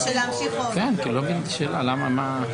לכן באיזה פיתול משפטי קבעו שאפשר לפני כתב אישום ללכת למסלול